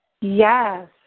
Yes